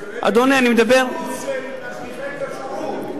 אדוני, אני מדבר, בישראל יש, של משגיחי כשרות.